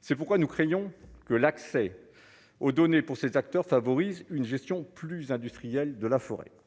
c'est pourquoi nous craignons que l'accès aux données pour ces acteurs favorise une gestion plus industriels de la forêt,